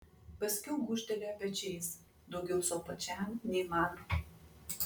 paskiau gūžtelėjo pečiais daugiau sau pačiam nei man